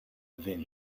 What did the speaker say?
then